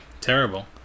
Terrible